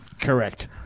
Correct